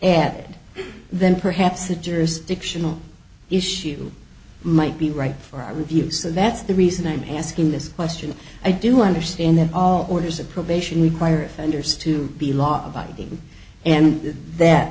ed then perhaps a jurisdictional issue might be right for are the view so that's the reason i'm asking this question i do understand that all orders of probation require offenders to be law abiding and that